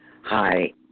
Hi